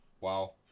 wow